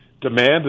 demand